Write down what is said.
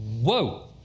whoa